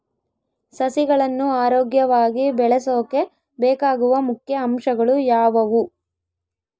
ಸಸಿಗಳನ್ನು ಆರೋಗ್ಯವಾಗಿ ಬೆಳಸೊಕೆ ಬೇಕಾಗುವ ಮುಖ್ಯ ಅಂಶಗಳು ಯಾವವು?